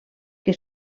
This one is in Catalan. que